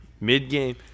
mid-game